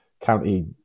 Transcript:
County